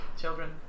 Children